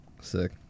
Sick